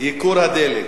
ייקור הדלק,